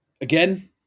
Again